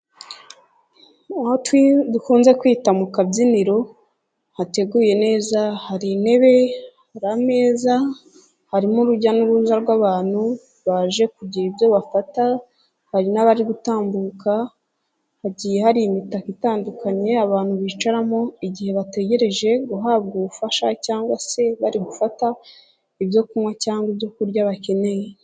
Aho dukunze kwita mu kabyiniro, hateguye neza hari intebe, ameza, harimo urujya n'uruza rw'abantu baje kugira ibyo bafata, hari n'abari gutambuka, hagiye hari imitako itandukanye abantu bicaramo igihe bategereje guhabwa ubufasha cyangwa se bari gufata ibyo kunywa cyangwa ibyokurya bakeneye.